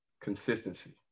consistency